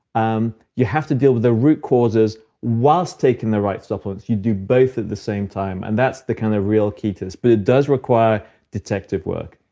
um you have to deal with the root causes whilst taking the right supplements. you do both at the same time, and that's the kind of real key to this but it does require detective work.